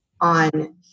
on